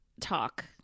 talk